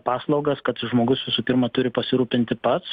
paslaugas kad žmogus visų pirma turi pasirūpinti pats